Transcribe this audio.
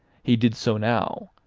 he did so now,